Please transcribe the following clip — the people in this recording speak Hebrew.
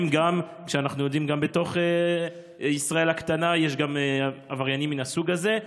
ואנחנו יודעים שגם בתוך ישראל הקטנה יש עבריינים מן הסוג הזה.